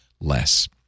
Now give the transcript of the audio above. less